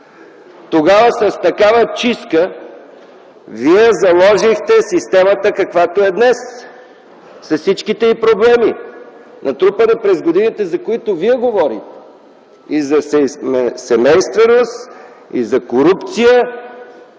Тогава с такава чистка Вие заложихте системата каквато е днес, с всичките й проблеми натрупани през годините, за които Вие говорите: за семейственост, за корупция